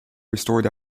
restored